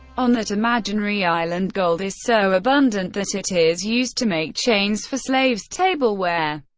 on that imaginary island, gold is so abundant that it is used to make chains for slaves, tableware,